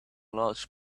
large